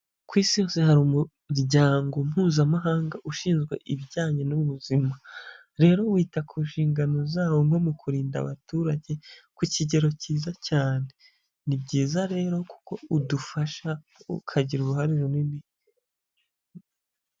Ku isi hose hari umuryango mpuzamahanga ushinzwe ibijyanye n'ubuzima, rero wita ku nshingano zawo nko mu kurinda abaturage ku kigero cyiza cyane, ni byiza rero kuko udufasha ukagira uruhare runini.